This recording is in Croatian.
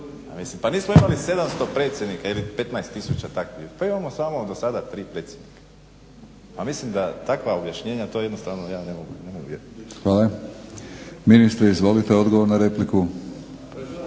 Pa nismo imali 700 predsjednika ili 15 tisuća takvih. Pa imamo samo do sada tri predsjednika. Pa mislim da takva objašnjenja to jednostavno ja ne mogu vjerovati. **Batinić, Milorad (HNS)** Hvala. Ministre izvolite, odgovor na repliku.